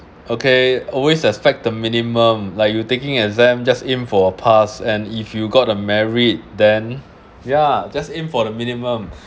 okay always expect the minimum like you taking exam just aim for a pass and if you've got a merit then ya just aim for the minimum